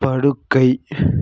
படுக்கை